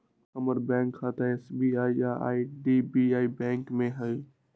हमर बैंक खता एस.बी.आई आऽ आई.डी.बी.आई बैंक में हइ